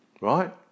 Right